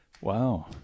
wow